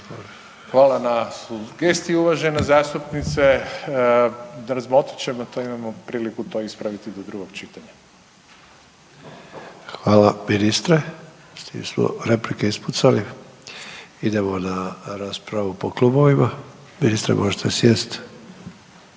Hvala na sugestiji uvažena zastupnice. Razmotrit ćemo to, imamo priliku to ispraviti do drugog čitanja. **Sanader, Ante (HDZ)** Hvala ministre. S tim smo replike ispucali. Idemo na raspravu po klubovima, ministre možete sjest,